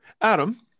Adam